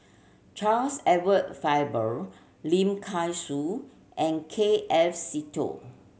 Charles Edward Faber Lim Kay Siu and K F Seetoh